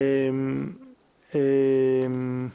מסגרת דיון של ארבע דקות לכל נואם; על אף האמור